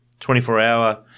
24-hour –